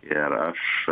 ir aš